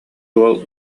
уол